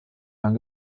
lang